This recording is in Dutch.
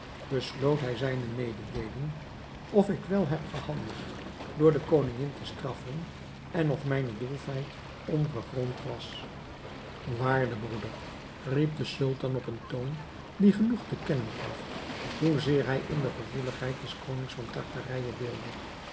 besloot hij zijne mededeeling of ik wel heb gehandeld door de koningin te straffen en of mijne droefheid ongegrond was waarde broeder riep de sultan op een toon die genoeg te kennen gaf hoezeer hij in de gevoeligheid des konings van tartarije deelde